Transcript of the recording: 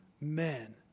men